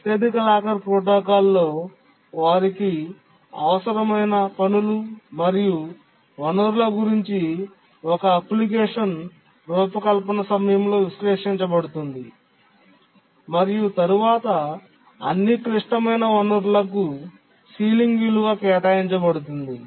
అత్యధిక లాకర్ ప్రోటోకాల్లో వారికి అవసరమైన పనులు మరియు వనరుల గురించి ఒక అప్లికేషన్ రూపకల్పన సమయంలో విశ్లేషించబడుతుంది మరియు తరువాత అన్ని క్లిష్టమైన వనరులకు సీలింగ్ విలువ కేటాయించబడుతుంది